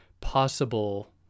possible